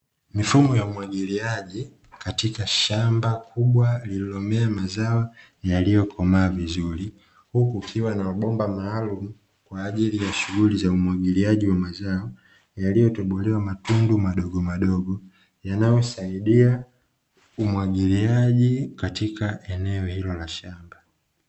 Mifumo ya umwagiliaji katika shamba kubwa lililomea mazao yaliyokomaa vizuri, huku kukiwa na mabomba maalumu kwa ajili ya shughuli za umwagiliaji wa mazao yaliyotobolewa matundu madogo madogo yanayosaidia umwagiliaji katika eneo hilo la shamba.